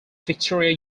victoria